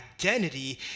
identity